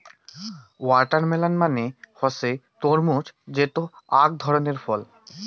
watermelon মানে হসে তরমুজ যেটো আক ধরণের ফল